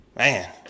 Man